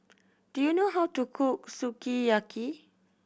do you know how to cook Sukiyaki